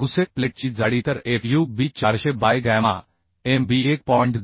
gusset प्लेटची जाडी तर F u b 400 by gamma m b 1